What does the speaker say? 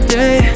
day